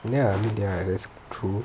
ya I mean ya that's true